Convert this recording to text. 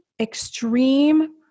extreme